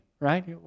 right